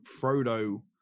Frodo